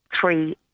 three